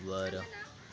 वर